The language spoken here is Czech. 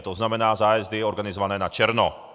To znamená zájezdy organizované načerno.